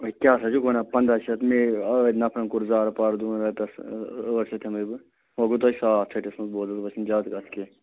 A کیٛاہ سا چھُکھ وَنان پنٛداہ شیٚتھ مے ٲدۍ نَفرَن کوٚر زارٕ پارٕ دوٚپُن رۄپیَس ٲٹھ شیٚتھ ہٮ۪مَے بہٕ وۄنۍ گوٚو تۄہہِ ساس ژٔھٹِس منٛز بوز حظ وۄنۍ چھِنہٕ زیادٕ کَتھٕ کیٚنٛہہ